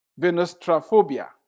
Venustrophobia